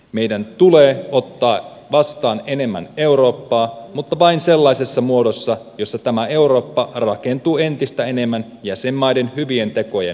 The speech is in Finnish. meidän tulee ottaa vastaan enemmän eurooppaa mutta vain sellaisessa muodossa jossa tämä eurooppa rakentuu entistä enemmän jäsenmaiden hyvien tekojen varaan